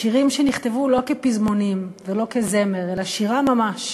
שירים שנכתבו לא כפזמונים ולא כזמר, אלא שירה ממש,